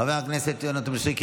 חבר הכנסת יונתן מישרקי,